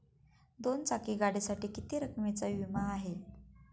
दोन चाकी गाडीसाठी किती रकमेचा विमा आहे?